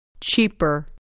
Cheaper